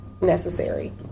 necessary